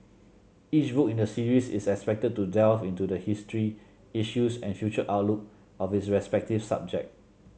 each book in the series is expected to delve into the history issues and future outlook of its respective subject